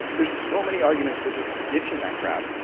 there are so many arguments for just ditching that crap,